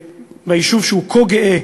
ביישוב שהוא כה גאה